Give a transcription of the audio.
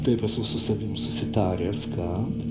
taip esu su savim susitaręs kad